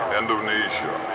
indonesia